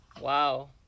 Wow